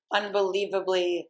unbelievably